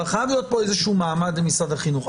אבל חייב להיות פה איזה מעמד למשרד החינוך.